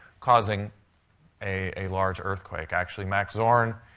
causing a large earthquake. actually, max zorin,